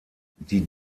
die